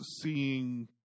seeing